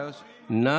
אנחנו